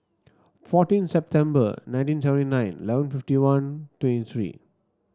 fourteen September nineteen seventy nine eleven fifty one twenty three